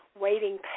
waiting